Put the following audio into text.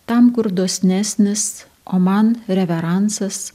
tam kur dosnesnis o man reveransas